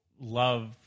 love